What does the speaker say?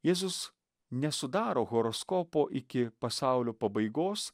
jėzus nesudaro horoskopo iki pasaulio pabaigos